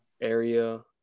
area